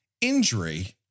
injury